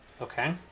Okay